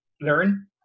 learn